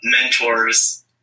mentors